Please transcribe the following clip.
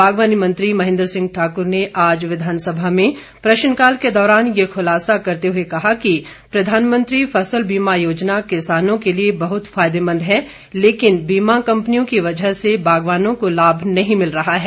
बागवानी मंत्री महेंद्र सिंह ठाकुर ने आज विधानसभा में प्रश्नकाल के दौरान यह खुलासा करते हुए कहा कि प्रधानमंत्री फसल बीमा योजना किसानों के लिए बहुत फायदेमंद है लेकिन बीमा कंपनियों की वजह से बागवानों को लाभ नहीं मिल रहा है